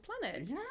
Planet